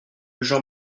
jean